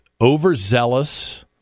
overzealous